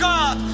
God